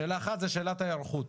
שאלה אחת זו שאלת ההיערכות.